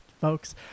folks